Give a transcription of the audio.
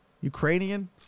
Ukrainian